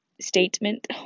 statement